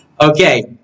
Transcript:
Okay